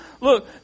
Look